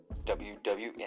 WWN